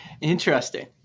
Interesting